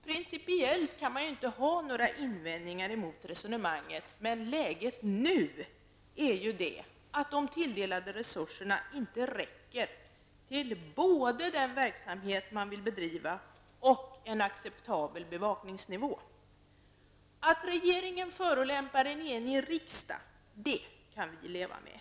Principiellt kan man ju inte ha några invändningar mot resonemanget, men läget nu är det, att de tilldelade resurserna inte räcker till både den verksamhet man vill bedriva och till en acceptabel bevakningsnivå. Att regeringen förolämpar en enig riksdag, det kan vi leva med.